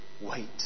wait